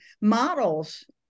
models